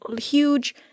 huge